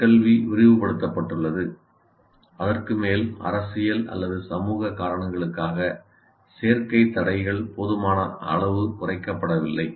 உயர்கல்வி விரிவுபடுத்தப்பட்டுள்ளது அதற்கு மேல் அரசியல் அல்லது சமூக காரணங்களுக்காக சேர்க்கை தடைகள் போதுமான அளவு குறைக்கப்படவில்லை